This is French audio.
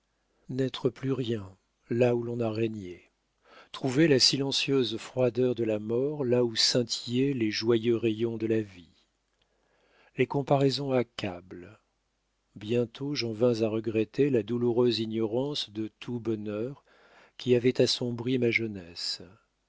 n'être plus rien là où l'on a régné trouver la silencieuse froideur de la mort là où scintillaient les joyeux rayons de la vie les comparaisons accablent bientôt j'en vins à regretter la douloureuse ignorance de tout bonheur qui avait assombri ma jeunesse